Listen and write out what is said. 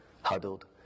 huddled